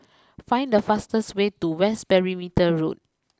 find the fastest way to West Perimeter Road